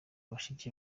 bashiki